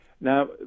Now